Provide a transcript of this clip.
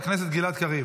חברת הכנסת מיכל